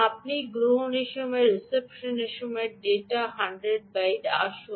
সুতরাং আপনি গ্রহণের সময় রিসেপশন সময় ডেটা 100 বাইট